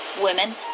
women